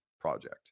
project